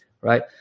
right